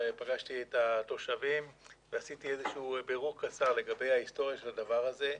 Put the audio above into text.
פגשתי את התושבים ועשיתי בירור קצר לגבי ההיסטוריה של הדבר הזה,